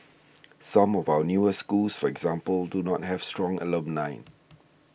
some of our newer schools for example do not have strong alumni